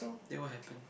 then what happen